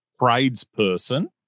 tradesperson